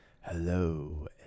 hello